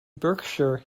berkshire